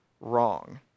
wrong